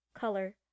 Color